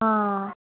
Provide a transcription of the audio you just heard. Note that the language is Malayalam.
ആ